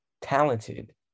talented